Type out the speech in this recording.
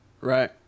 Right